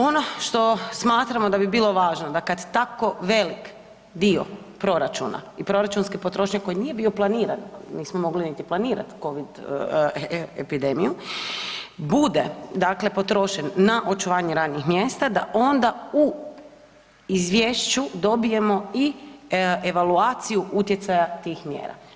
Ono što smatramo da bi bilo važno da kad tako velik dio proračuna i proračunske potrošnje koji nije bio planiran, nismo mogli niti planirat covid epidemiju, bude dakle potrošen na očuvanje radnih mjesta da onda u izvješću dobijemo i evaluaciju utjecaja tih mjera.